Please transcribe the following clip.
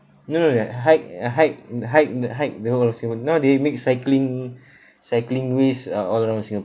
no no no hike hike the hike the hike the whole of singa~ now they make cycling cycling withs uh all around singapore